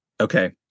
Okay